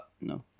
no